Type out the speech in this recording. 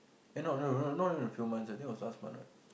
eh no no no not in a few months I think was last month what